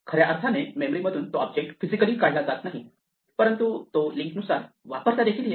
खऱ्या अर्थाने मेमरी मधून तो ऑब्जेक्ट फिजिकली काढला जात नाही परंतु तो लिंक नुसार वापरता येत नाही